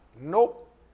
Nope